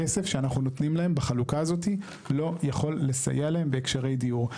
הכסף שאנחנו נונים להם בחלוקה הזאת לא יכול לסייע להם בהקשרי דיור.